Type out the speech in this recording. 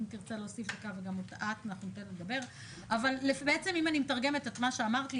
אבל אם אני מתרגמת את מה שאמרת לי,